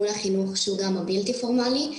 מול החינוך הבלתי פורמלי.